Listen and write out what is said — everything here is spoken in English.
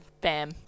bam